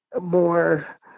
more